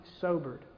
sobered